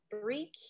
three